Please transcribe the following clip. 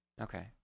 Okay